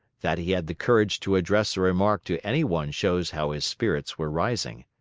that he had the courage to address a remark to any one shows how his spirits were rising.